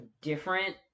different